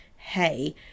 hey